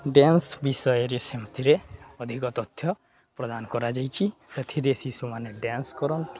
dance ବିଷୟରେ ସେମତିରେ ଅଧିକ ତଥ୍ୟ ପ୍ରଦାନ କରାଯାଇଛିି ସେଥିରେ ଶିଶୁମାନେ ଡ୍ୟାନ୍ସ କରନ୍ତି